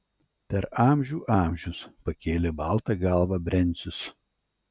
per amžių amžius pakėlė baltą galvą brencius